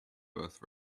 birth